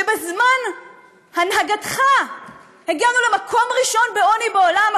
בזמן הנהגתך הגענו למקום ראשון בעוני בעולם,